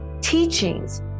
teachings